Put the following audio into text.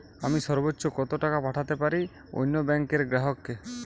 আমি সর্বোচ্চ কতো টাকা পাঠাতে পারি অন্য ব্যাংক র গ্রাহক কে?